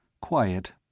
quiet